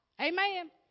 Amen